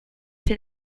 den